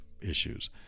issues